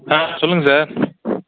sir சொல்லுங்கள் sir